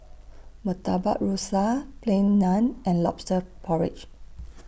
Murtabak Rusa Plain Naan and Lobster Porridge